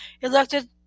elected